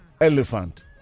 elephant